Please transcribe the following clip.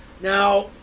Now